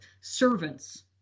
servants